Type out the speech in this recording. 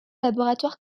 laboratoires